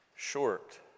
Short